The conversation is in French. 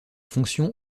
fonction